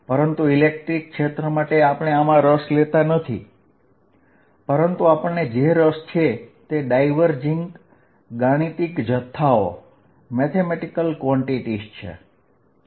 પરંતુ ઇલેક્ટ્રિક ક્ષેત્ર માટે આપણે આમાં રસ લેતા નથી પરંતુ આપણને જે રસ છે તે ડાયવર્જ ગાણિતિક જથ્થાઓ છે